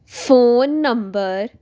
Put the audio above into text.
phone number